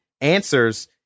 answers